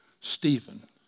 Stephen